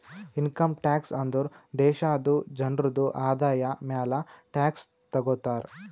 income tax ಅಂದುರ್ ದೇಶಾದು ಜನ್ರುದು ಆದಾಯ ಮ್ಯಾಲ ಟ್ಯಾಕ್ಸ್ ತಗೊತಾರ್